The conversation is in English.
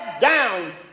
down